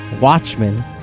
Watchmen